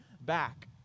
back